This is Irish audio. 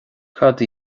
cad